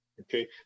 Okay